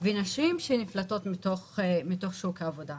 ונשים שנפלטות משוק העבודה.